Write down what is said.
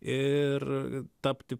ir tapti